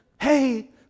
hey